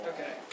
Okay